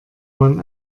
man